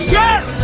yes